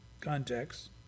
Context